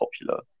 popular